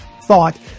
thought